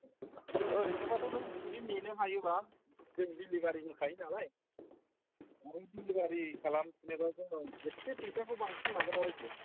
ओरैनोबाथ' नों जुदि नेनो हायोबा जों दिलिबारि होखायो नालाय ओमफाय दिलिबारि खालामनो बा जोङो एसे फैसाखौ बांसिन लागोन आरोखि